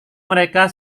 mereka